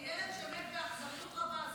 זה ילד שמת באכזריות רבה.